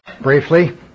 briefly